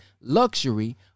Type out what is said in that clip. luxury